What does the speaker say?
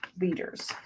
leaders